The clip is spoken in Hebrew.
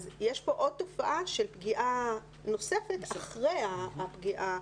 אז יש פה עוד תופעה של פגיעה נוספת אחרי הפגיעה.